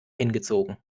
hingezogen